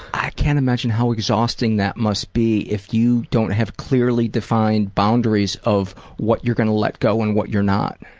i can't imagine how exhausting that must be if you don't have clearly defined boundaries of what you're gonna let go and what you're not.